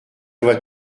doit